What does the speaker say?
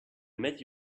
met